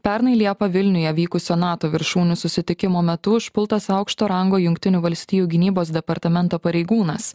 pernai liepą vilniuje vykusio nato viršūnių susitikimo metu užpultas aukšto rango jungtinių valstijų gynybos departamento pareigūnas